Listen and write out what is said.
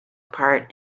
part